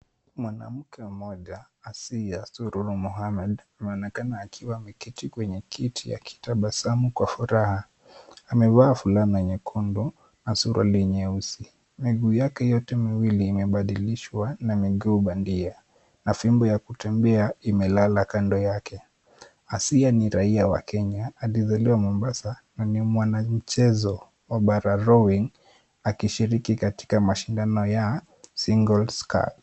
Mwanamke mmoja Asiya Sururu Mohammed ameonekana akiwa ameketi kwenye kiti akitabasamu kwa furaha. Amevaa fulana nyekundu na suruali nyeusi, miguu yake yote miwili imebadilishwa na miguu bandia na fimbo ya kutembea imelala kando yake. Asiya ni raia wa Kenya alizaliwa Mombasa na ni mwana mchezo wa Bawra rowing akishiriki katika mashindano ya singles card .